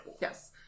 Yes